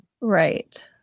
right